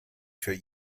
für